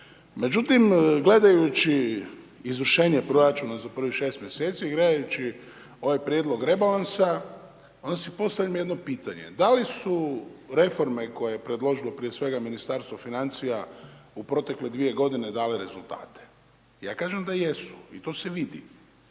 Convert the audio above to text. Međutim, gledajući izvršenje proračuna za prvih šest mjeseci, gledajući ovaj prijedlog rebalansa, onda si postavim jedno pitanje, da li su reforme koje je predložilo, prije svega Ministarstvo financija u protekle 2 godine dale rezultate? Ja kažem da jesu, i to se vidi,